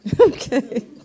Okay